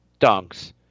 dunks